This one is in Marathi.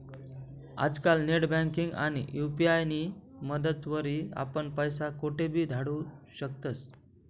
आजकाल नेटबँकिंग आणि यु.पी.आय नी मदतवरी आपण पैसा कोठेबी धाडू शकतस